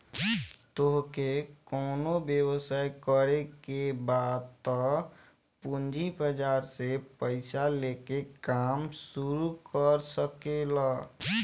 तोहके कवनो व्यवसाय करे के बा तअ पूंजी बाजार से पईसा लेके काम शुरू कर सकेलअ